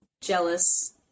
jealous